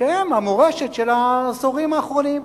שהם המורשת של העשורים האחרונים.